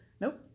Nope